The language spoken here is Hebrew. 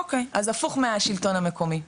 אוקי אז הפוך מהשלטון המקומי,